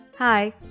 Hi